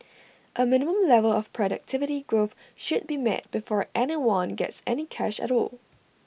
A minimum level of productivity growth should be met before anyone gets any cash at all